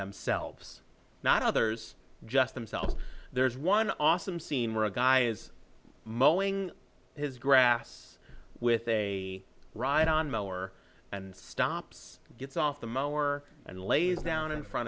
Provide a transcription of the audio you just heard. themselves not others just themselves there's one awesome scene where a guy is mulling his grass with a ride on mower and stops gets off the mower and lays down in front